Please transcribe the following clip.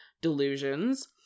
delusions